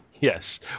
Yes